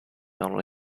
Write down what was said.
only